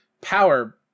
power